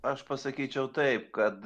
aš pasakyčiau taip kad